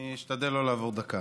אני אשתדל לא לעבור דקה.